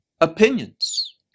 opinions